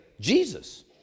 Jesus